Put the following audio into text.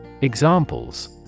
Examples